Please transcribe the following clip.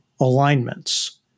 alignments